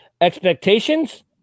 expectations